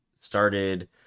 started